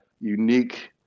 unique